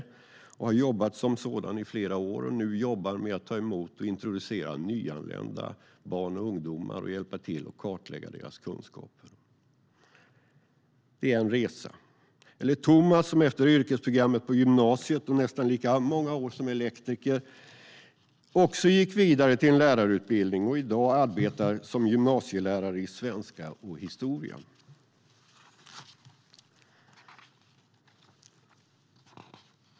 Hon har jobbat som sådan i flera år, och nu jobbar hon med att ta emot och introducera nyanlända barn och ungdomar och hjälpa till att kartlägga deras kunskaper. Det är en resa. Thomas gick efter yrkesprogrammet på gymnasiet och nästan lika många år som elektriker vidare, också till en lärarutbildning. I dag arbetar han som gymnasielärare i svenska och historia.